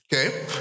Okay